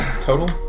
total